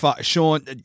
Sean